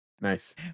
Nice